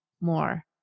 more